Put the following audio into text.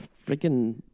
freaking